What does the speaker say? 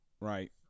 right